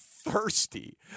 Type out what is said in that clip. Thirsty